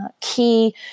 key